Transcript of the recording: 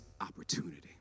opportunity